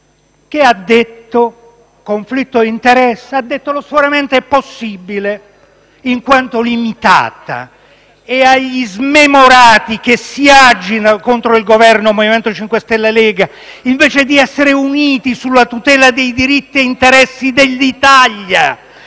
e Moscovici, (conflitto d'interesse?) ha detto che lo sforamento è possibile in quanto limitato. Agli smemorati che si agitano contro il Governo MoVimento 5 Stelle - Lega, invece di essere uniti sulla tutela dei diritti e degli interessi dell'Italia,